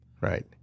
right